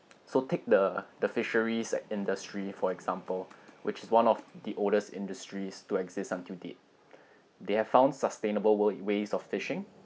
so take the the fisheries like industry for example which is one of the oldest industries to exist until date they have found sustainable wo~ ways of fishing